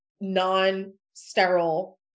non-sterile